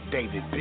David